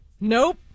nope